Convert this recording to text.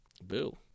Boo